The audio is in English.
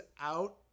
out